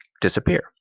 disappear